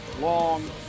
Long